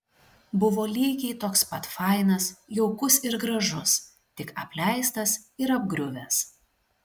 buvo lygiai toks pat fainas jaukus ir gražus tik apleistas ir apgriuvęs